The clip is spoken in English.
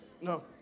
No